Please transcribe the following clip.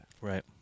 Right